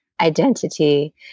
identity